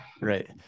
Right